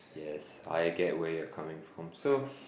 yes I get where you are coming from so